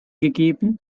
gegeben